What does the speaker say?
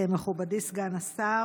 מכובדי סגן השר,